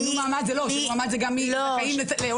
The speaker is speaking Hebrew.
שינוי מעמד זה גם זכאות לעולים.